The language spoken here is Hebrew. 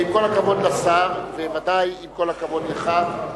עם כל הכבוד לשר, ובוודאי עם כל הכבוד לך,